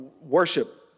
worship